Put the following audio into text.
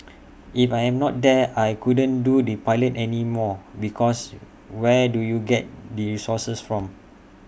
if I am not there I couldn't do the pilot anymore because where do you get the resources from